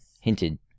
hinted